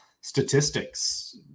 statistics